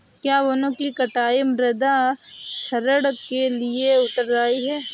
क्या वनों की कटाई मृदा क्षरण के लिए उत्तरदायी है?